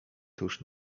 tuż